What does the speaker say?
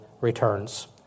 returns